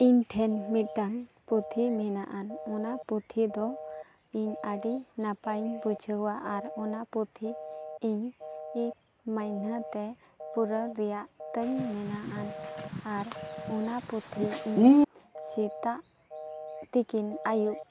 ᱤᱧᱴᱷᱮᱱ ᱢᱤᱫᱴᱟᱝ ᱯᱩᱛᱷᱤ ᱢᱮᱱᱟᱜ ᱟᱱ ᱚᱱᱟ ᱯᱩᱛᱷᱤᱫᱚ ᱤᱧ ᱟᱹᱰᱤ ᱱᱟᱯᱟᱭᱤᱧ ᱵᱩᱡᱷᱟᱹᱣᱟ ᱟᱨ ᱚᱱᱟ ᱯᱩᱛᱷᱤ ᱤᱧ ᱮᱹᱠ ᱢᱟᱭᱱᱟᱦᱛᱮ ᱯᱩᱨᱟᱹᱣ ᱨᱮᱭᱟᱜ ᱛᱟᱧ ᱢᱮᱱᱟᱜ ᱟᱱ ᱟᱨ ᱚᱱᱟ ᱯᱩᱛᱷᱤ ᱤᱧ ᱥᱮᱛᱟᱜ ᱛᱤᱠᱤᱱ ᱟᱭᱩᱵ